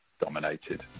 dominated